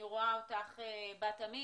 אני רואה אותך בת-עמי.